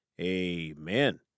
Amen